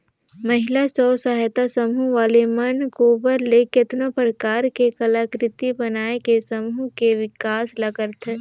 महिला स्व सहायता समूह वाले मन गोबर ले केतनो परकार के कलाकृति बनायके समूह के बिकास ल करथे